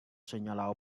señalado